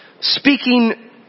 speaking